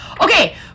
Okay